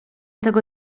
tego